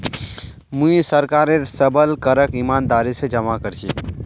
मुई सरकारेर सबल करक ईमानदारी स जमा कर छी